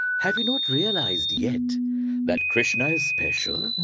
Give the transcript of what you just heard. have you not realized yet that krishna is special?